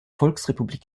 volksrepublik